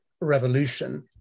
revolution